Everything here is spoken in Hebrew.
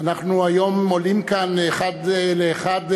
אנחנו היום עולים כאן אחד לאחד,